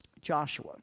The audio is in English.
Joshua